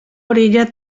orillas